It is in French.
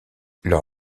leur